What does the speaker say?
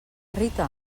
rita